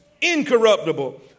incorruptible